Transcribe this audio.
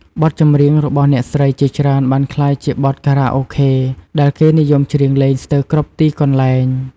បទចម្រៀងរបស់អ្នកស្រីជាច្រើនបានក្លាយជាបទខារ៉ាអូខេដែលគេនិយមច្រៀងលេងស្ទើរគ្រប់ទីកន្លែង។